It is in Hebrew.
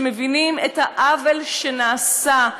שמבינים את העוול שנעשה.